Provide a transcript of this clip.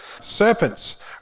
Serpents